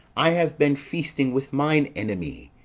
i have been feasting with mine enemy,